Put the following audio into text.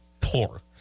poor